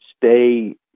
stay